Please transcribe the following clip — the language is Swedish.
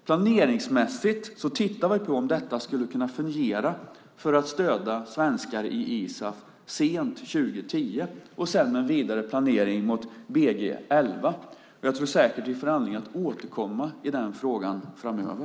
Planeringsmässigt tittar vi på om detta skulle kunna fungera för att stödja svenskar i ISAF sent 2010 och sedan med vidare planering mot Battlegroup 2011. Jag tror säkert vi får anledning att återkomma i den frågan framöver.